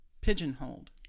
pigeonholed